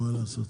זה,